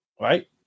right